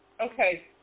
Okay